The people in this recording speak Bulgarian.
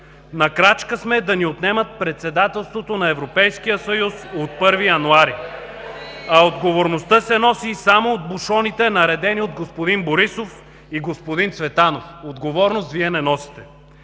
На крачка сме да ни отнемат председателството на Европейския съюз от 1 януари. (Възгласи от ГЕРБ: „Еее!“.) А отговорността се носи само от „бушоните“, наредени от господин Борисов и господин Цветанов. Отговорност Вие не носите.